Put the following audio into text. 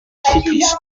cycliste